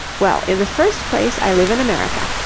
well, in the first place, i live in america.